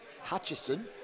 Hutchison